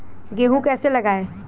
गेहूँ कैसे लगाएँ?